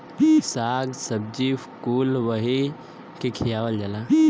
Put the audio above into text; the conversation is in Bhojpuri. शाक सब्जी कुल वही के खियावल जाला